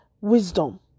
wisdom